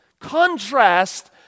Contrast